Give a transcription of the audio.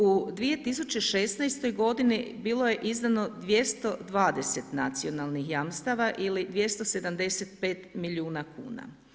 U 2016. g. bilo je izdano 220 nacionalnih jamstava ili 275 milijuna kuna.